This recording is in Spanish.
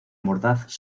mordaz